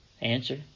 answer